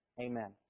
Amen